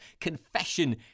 confession